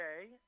okay